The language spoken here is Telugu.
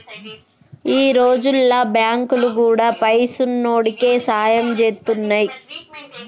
ఈ రోజుల్ల బాంకులు గూడా పైసున్నోడికే సాయం జేత్తున్నయ్